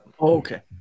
okay